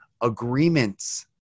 agreements